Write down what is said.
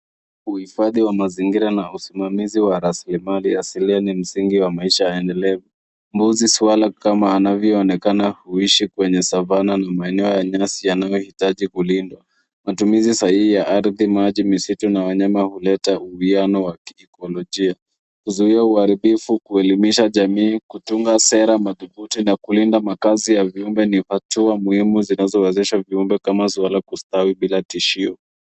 Uhifadhi wa mazingira na usimamizi wa raslimali asilia ni msingi wa maisha endelevu. Mbuzi, swala kama anavyoonekana huishi kwenye savanna ni maeneo ya nyasi yanayohitaji kulindwa. Matumizi sahihi ya ardhi, maji, misitu na wanyama huleta uhuiano wa kiekolojia huzuia uharibifu, kuelimisha jamii, kutunga sera, madhubuti na kulinda makaazi ya viumbe ni hatua muhimu zinazowezesha viumbe kama swala kustawi bila tishio.